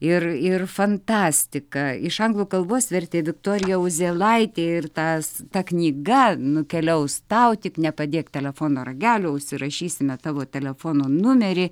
ir ir fantastika iš anglų kalbos vertė viktorija uzėlaitė ir tas ta knyga nukeliaus tau tik nepadėk telefono ragelio užsirašysime tavo telefono numerį